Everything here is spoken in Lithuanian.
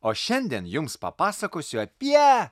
o šiandien jums papasakosiu apie